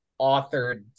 authored